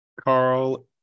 Carl